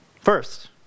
First